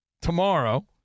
tomorrow